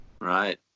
right